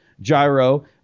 Gyro